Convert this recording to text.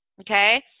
okay